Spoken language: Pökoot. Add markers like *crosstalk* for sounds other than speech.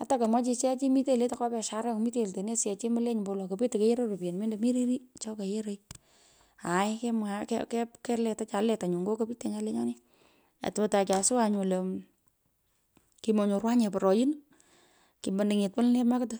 Ata komwaa chi chechi mitenyi, letoi nyo biashareng'u miteny oltenei asiyech ombowolo kopetei, keyoroi ropyen mendo mi riti cho ko yoroi. Aaai kelet *hesitation* keletuchu, aletan nyo kopich tonyan lenyoni totai kyasuwan nyu lo, kimonyorwanye poroin, kimunungit wole makit,